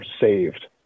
saved